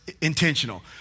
intentional